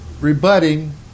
rebutting